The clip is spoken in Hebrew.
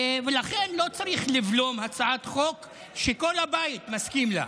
ולכן לא צריך לבלום הצעת חוק שכל הבית מסכים לה.